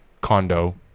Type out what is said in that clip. condo